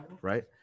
right